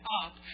up